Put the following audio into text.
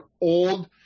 old